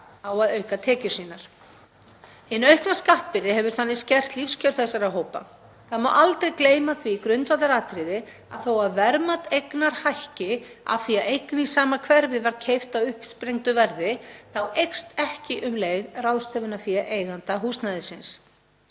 á að auka tekjur sínar. Hin aukna skattbyrði hefur þannig skert lífskjör þessara hópa. Það má aldrei gleyma því grundvallaratriði að þótt verðmat eignar hækki af því að eign í sama hverfi var keypt á uppsprengdu verði eykst ekki um leið ráðstöfunarfé eiganda húsnæðisins.